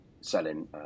selling